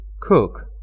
cook